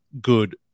good